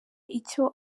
icyo